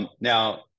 Now